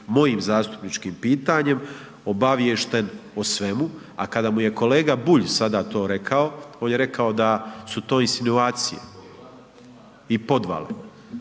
mojim zastupničkim pitanjem obaviješten o svemu. A kada mu je kolega Bulj sada to rekao on je rekao da su to insinuacije i podvale.